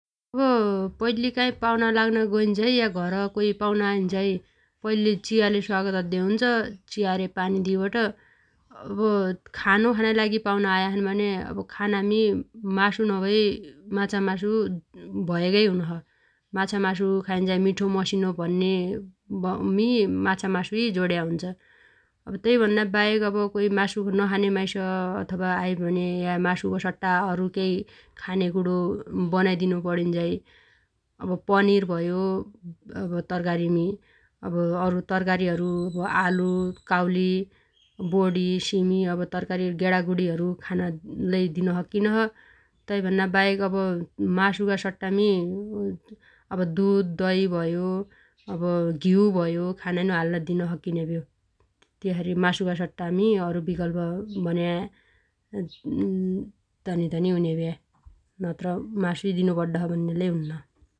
अब पैल्ली काइ पाउना लाग्न गैन्झाइ या घर कोइ पाउना आइन्झाइ पैल्ली चियाले स्वागत अद्दे हुन्छ चिया रे पानी दिबट। अब खानो खानाइ लागि पाउना आयाछन् भन्या अब खानामी मासु नभइ माछामासु भयागै हुनोछ । माछामासु खाइन्झाइ मिठो मसिनो भन्नेमी माछा मासुइ जोड्या हुन्छ । तैभन्नाबाहेक अब कोइ मासु नखाने माइस अथवा आइभने या मासुगो सट्टा अरु केइ खानेकुणो बनाइदिनु पणिन्झाइ अब पनिर भयो अब तरकारीमी । अब तरकारीहरु आलु, काउली, बोडी, सिमी, अब गेडागुडीहरु लै खान दिन सक्किनो छ । तैभन्नाबाहेक अब मासुगा सट्टामी अब दुध दहि भयो अब घ्यु भयो खानाइनो हाल्ल सक्किने भ्यो । त्यसरी मासुगा सट्टामी अरू विकल्प भन्या तनी तनी हुन्या भ्या नत्र मासुइ दिनु पड्डोछ भन्ने लै हुन्न।